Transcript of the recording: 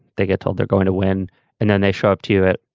they get told they're going to win and then they show up to it.